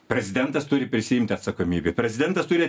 prezidentas turi prisiimti atsakomybę prezidentas turi